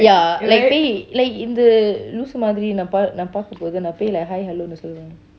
ya like பேய்:pey like இந்த லூசு மாதிரி நான் பார்க்கும்போது நான் பேய்:enta loosu matiri naan paarkumbotu naa pey like hi hello சொல்லுவேன்:cholluven